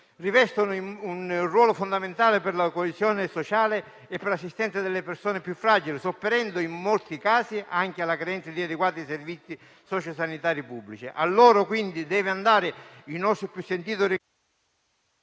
rivestono un ruolo fondamentale per la coesione sociale e per l'assistenza delle persone più fragili, sopperendo in molti casi anche alla carenza di adeguati servizi socio-sanitari pubblici. A loro, quindi, deve andare il nostro più sentito